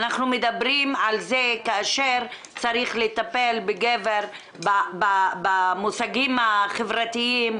אנחנו מדברים על זה כאשר צריך לטפל בגבר במושגים החברתיים,